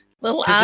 little